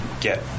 get